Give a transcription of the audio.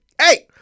hey